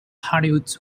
hollywood